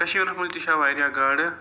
کٔشیرَس مَنٛز تہِ چھےٚ واریاہ گاڈٕ